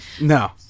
No